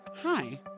hi